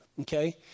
Okay